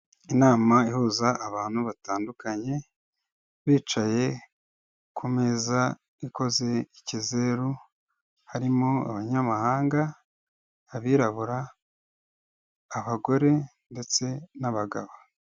Inama ihuza abantu batandukanye, bicaye ku meza ikoze ikizeru. Harimo abanyamahanga, abirabura, abagore ndetse n'abagabo.